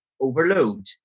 overload